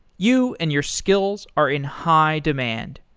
you and your skills are in high demand.